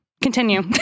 continue